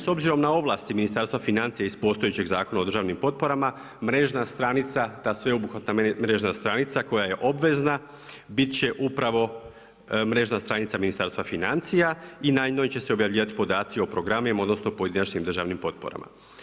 S obzirom na ovlasti Ministarstva financija iz postojećeg Zakona o državnim potporama, mrežna stranica, ta sveobuhvatna mrežna stranca koja je obvezna, biti će upravo mrežna stranica Ministarstva financija, i na njoj će se objavljivati podaci o programima, odnosno o pojedinačnim državnim potporama.